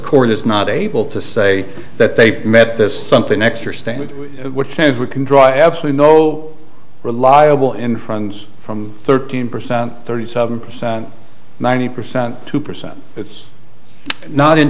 court is not able to say that they've met this something extra standard which says we can draw absolutely no reliable in friends from thirteen percent thirty seven percent ninety percent two percent it's not in